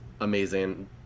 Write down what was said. amazing